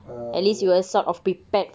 err